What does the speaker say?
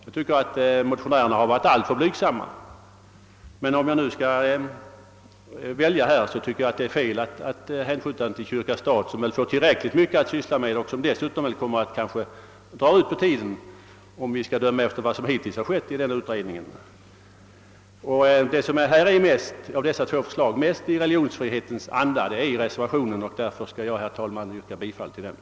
Jag tycker att motionärerna har varit alltför blygsamma. Det måste vara fel att hänskjuta denna fråga till utredningen kyrka—stat, som väl ändå får tillräckligt mycket att syssla med och som dessutom kanske kommer att dra ut på tiden, om vi skall döma efter den takt i vilken utredningen hittills har arbetat. Det av dessa två förslag som mest verkar i religionsfrihetens anda återfinns i reservationen och därför skall jag, herr talman, yrka bifall till denna.